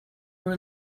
were